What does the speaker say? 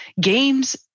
Games